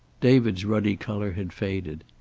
david's ruddy color had faded.